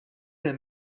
hemm